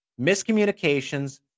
Miscommunications